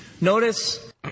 Notice